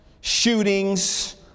shootings